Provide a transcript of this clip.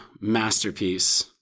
Masterpiece